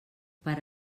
per